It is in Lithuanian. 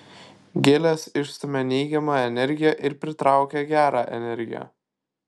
gėlės išstumia neigiamą energiją ir pritraukia gerą energiją